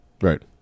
Right